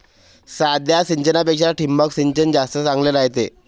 साध्या सिंचनापेक्षा ठिबक सिंचन जास्त चांगले रायते